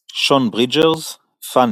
שון ברידג'רס - פאנינג.